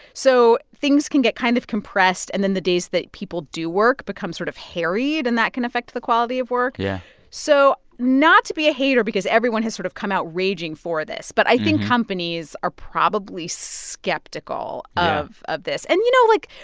so things can get kind of compressed. and then the days that people do work become sort of harried and that can affect the quality of work yeah so not to be a hater because everyone has sort of come out raging for this, but i think companies are probably skeptical of of this yes and, you know, like,